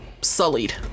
sullied